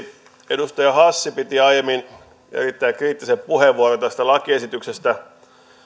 edustaja hassi piti aiemmin erittäin kriittisen puheenvuoron tästä lakiesityksestä